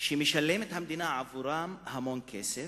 שהמדינה משלמת עבורם המון כסף,